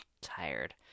tired